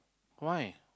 why